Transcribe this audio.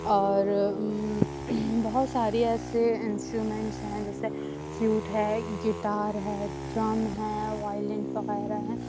اور بہت ساری ایسے اسٹرومینٹس ہیں جیسے فلوٹ ہے گٹار ہے ڈرم ہے وائیلین وغیرہ ہیں